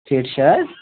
fit چھا حظ